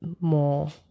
more